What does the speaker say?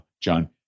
John